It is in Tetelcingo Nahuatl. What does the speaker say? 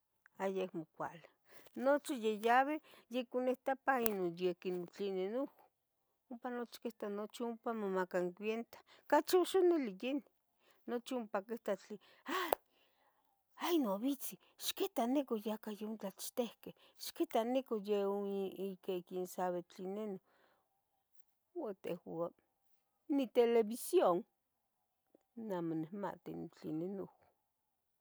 Ha yeh amo cuali nochi yayabeh yaconita pa inon yequi tlenih nuhu ompa nochi quitah nochi ompa quimomacah cuenta ocachi oxoyinilinih nochi opa quita tle ¡ha! ¡hay no abitzi! ¡ixquita! nicah yaca ya ontlchtiqueh, ixquita nica youn qui quien sabe tleno inon ua tehua ni televisión, neh amo nimati tlenih non